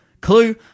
clue